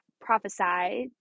prophesied